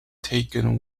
taken